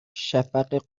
شفق